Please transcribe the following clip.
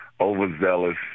overzealous